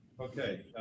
Okay